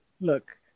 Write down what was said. Look